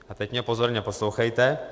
A teď mě pozorně poslouchejte.